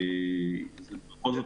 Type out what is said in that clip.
בכל זאת,